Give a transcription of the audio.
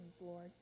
Lord